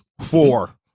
Four